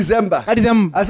December